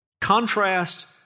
Contrast